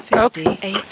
fifty-eight